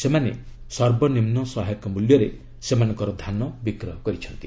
ସେମାନେ ସର୍ବନିମ୍ନ ସହାୟକ ମୃଲ୍ୟରେ ସେମାନଙ୍କର ଧାନ ବିକ୍ରୟ କରିଛନ୍ତି